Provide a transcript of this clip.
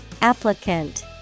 Applicant